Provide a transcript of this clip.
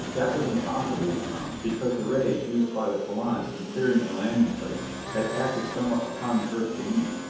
that was impossible, we found, because the rays used by the filanus in clearing a landing place had acted somewhat upon the earth beneath,